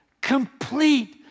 complete